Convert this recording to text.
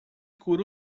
cura